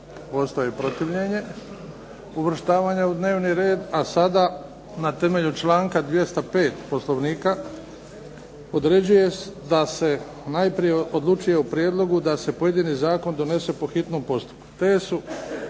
postoji protivljenje uvrštavanja u dnevni red. A sada na temelju članka 205. Poslovnika određuje da se najprije odlučuje o prijedlogu da se pojedini zakon donese po hitnom postupku.